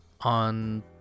on